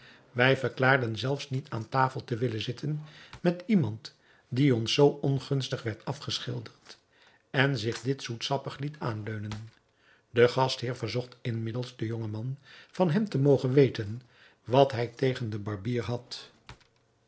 wij verklaarden zelfs niet aan tafel te willen zitten met iemand die ons zoo ongunstig werd afgeschilderd en zich dit zoetsappig liet aanleunen de gastheer verzocht inmiddels den jongen man van hem te mogen weten wat hij tegen den barbier had